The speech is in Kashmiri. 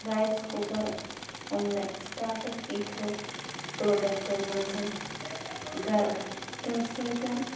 رایِس کُکَر اوٚن مےٚ سِٹاٹَس ییٖتہِ ہو پرٛوڈَکٹو منٛز گَرٕ تَمہِ سۭتۍ